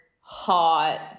hot